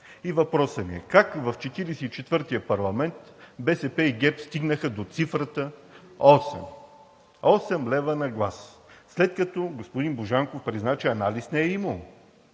Въпросът ми е: как в 44-тия парламент БСП и ГЕРБ стигнаха до цифрата осем – осем лева на глас, след като господин Божанков призна, че анализ не е имало?